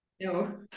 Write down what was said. no